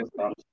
okay